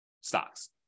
stocks